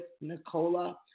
Nicola